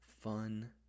fun